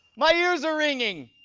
my ears are ringing.